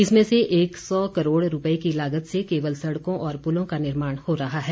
इसमें से एक सौ करोड़ रूपए की लागत से केवल सड़कों और पुलों का निर्माण हो रहा है